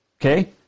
Okay